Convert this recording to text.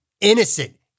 innocent